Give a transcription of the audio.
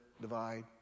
divide